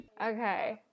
Okay